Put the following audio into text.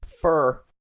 Fur